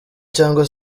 cyangwa